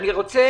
אני רוצה